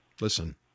Listen